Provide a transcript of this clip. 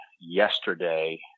yesterday